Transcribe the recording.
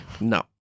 No